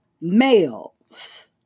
males